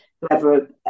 whoever